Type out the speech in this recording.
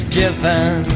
given